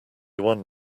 one